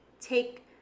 take